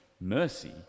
mercy